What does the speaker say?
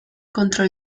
contro